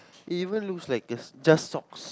even looks like is just socks